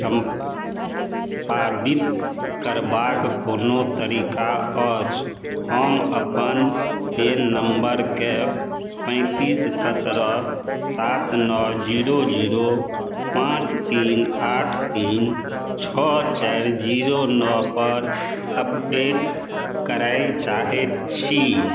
संपादित करबाक कोनो तरीका अछि हम अपन पैन नंबरकेँ पैंतीस सत्रह सात नओ जीरो जीरो पाँच तीन आठ तीन छओ चारि जीरो नओ पर अपडेट करय चाहैत छी